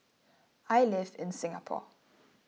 I live in Singapore